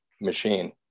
machine